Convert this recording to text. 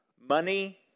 Money